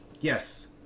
Yes